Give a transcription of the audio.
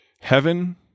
Heaven